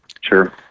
Sure